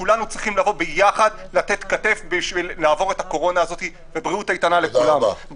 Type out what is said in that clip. כולנו צריכים לתת כתף בשביל לעבור את הקורונה בבריאות איתנה לכולם,